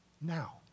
Now